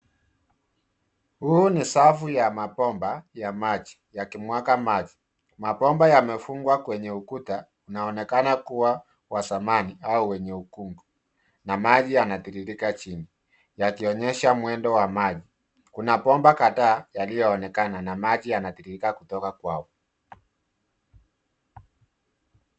Huu ni safu ya mabomba ya maji, yakimwaga maji .Mabomba yamefungwa kwenye ukuta, inaonekana kuwa wa zamani au wenye ukungu, na maji yanatiririka chini yakionyesha mwendo wa maji. Kuna bomba kadhaa yaliyoonekana, na maji yanatiririka kutoka kwao.